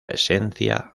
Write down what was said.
esencia